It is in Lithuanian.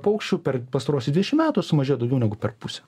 paukščių per pastaruosius dvidešimt metų sumažėjo daugiau negu per pusę